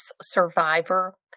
survivor